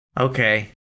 Okay